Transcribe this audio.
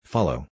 Follow